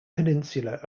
peninsula